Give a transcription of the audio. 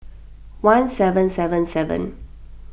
one seven seven seven